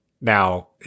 now